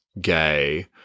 gay